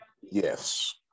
Yes